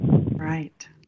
Right